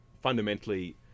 fundamentally